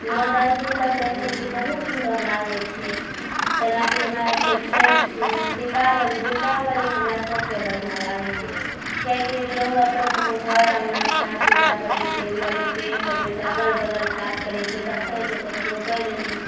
नओ दस दिन तक रहै छै बहुत सुन्दर लागै छै तेना कि हमरा फेर छठि छै दीपावली दीपावली हमरा सबसँ बढ़िआँ लागै छै कियाकि लोक अपन अपन घर अङ्गना साफ सुथरा करै छै घरमे पेन्ट करबै छै अगल बगल साफ करै छै देखै छै तऽ ककरो कहि दै छै